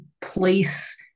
place